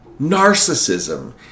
Narcissism